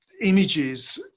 images